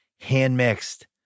hand-mixed